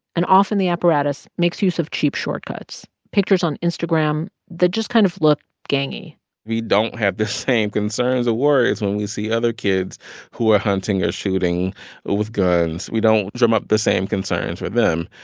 and often, the apparatus makes use of cheap shortcuts pictures on instagram that just kind of look gangy we don't have the same concerns or worries when we see other kids who are hunting or shooting with guns. we don't drum up the same concerns with them.